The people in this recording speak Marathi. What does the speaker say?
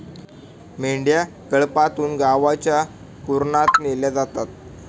मेंढ्या कळपातून गावच्या कुरणात नेल्या जातात